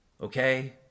Okay